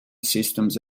systems